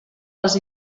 les